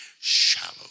shallow